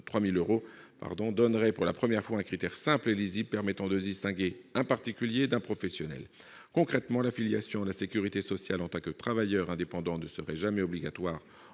3 000 euros donnerait, pour la première fois, un critère simple et lisible permettant de distinguer un particulier d'un professionnel. Concrètement, l'affiliation à la sécurité sociale en tant que travailleur indépendant ne serait jamais obligatoire